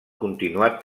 continuat